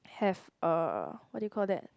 have a what do you call that